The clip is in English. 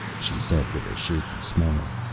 she said with a shaky smile.